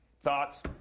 Thoughts